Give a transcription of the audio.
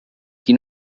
qui